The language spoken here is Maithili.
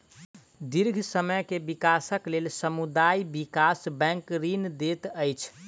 दीर्घ समय के विकासक लेल समुदाय विकास बैंक ऋण दैत अछि